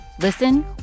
Listen